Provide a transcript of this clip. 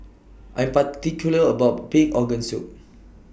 I particular about Pig Organ Soup